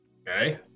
okay